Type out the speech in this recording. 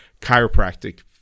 chiropractic